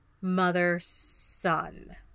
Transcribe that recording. mother-son